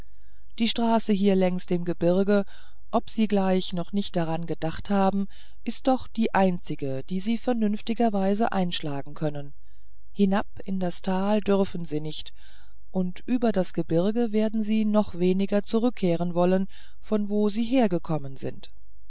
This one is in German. die straße hier längs dem gebirge ob sie gleich noch nicht daran gedacht haben ist doch die einzige die sie vernünftiger weise einschlagen können hinab in das tal dürfen sie nicht und über das gebirg werden sie noch weniger zurückkehren wollen von wo sie hergekommen sind